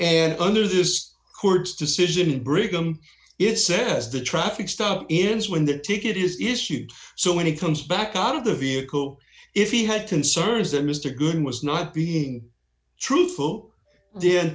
and under this court's decision brigham it says the traffic stop ends when the ticket is issued so when he comes back out of the vehicle if he had concerns that mr goulden was not being truthful then